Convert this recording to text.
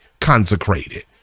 consecrated